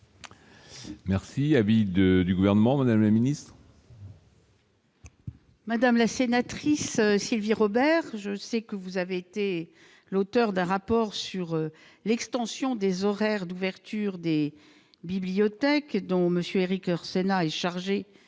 Merci de du gouvernement, Madame la Ministre. Madame la sénatrice Sylvie Robert, je sais que vous avez été l'auteur d'un rapport sur l'extension des horaires d'ouverture des bibliothèques dont Monsieur Éric Hersen, chargé